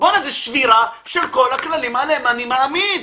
שבירה של כל הכללים שבהם אני מאמין.